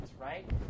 right